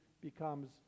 becomes